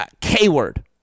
K-word